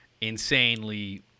insanely